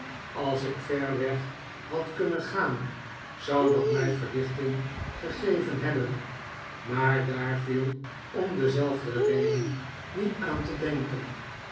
schuld nog verzwaren als ikverweghad kunnen gaan zou dat mij verlichting gegeven hebben maar daar viel om dezelfde reden niet aan te denken